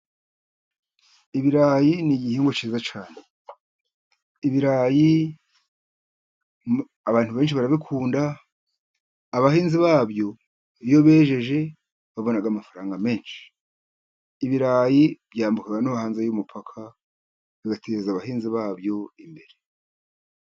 Ibirayi ni igihingwa kiza cyane. Ibirayi abantu benshi barabikunda, abahinzi ba byo iyo bejeje babona amafaranga menshi. Ibirayi byambuka no hanze y'umupaka, bagateza abahinzi ba byo imbere.